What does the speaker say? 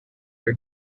are